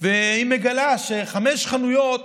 היא מגלה שחמש חנויות